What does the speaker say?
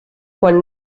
quan